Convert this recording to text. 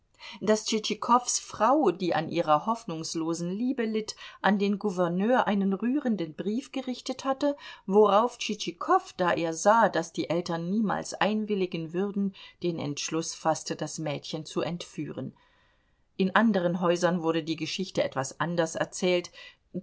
daß tschitschikows frau die an ihrer hoffnungslosen liebe litt an den gouverneur einen rührenden brief gerichtet hatte worauf tschitschikow da er sah daß die eltern niemals einwilligen würden den entschluß faßte das mädchen zu entführen in anderen häusern wurde die geschichte etwas anders erzählt